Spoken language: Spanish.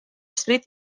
street